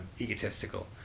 egotistical